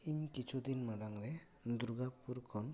ᱤᱧ ᱠᱤᱪᱷᱩ ᱫᱤᱱ ᱢᱟᱲᱟᱝ ᱨᱮ ᱫᱩᱨᱜᱟᱯᱩᱨ ᱠᱷᱚᱱ